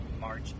March